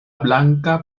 blanka